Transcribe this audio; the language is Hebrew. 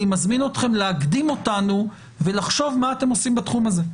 אני מזמין אתכם להקדים אותנו ולחשוב מה אתם עושים בתחום הזה,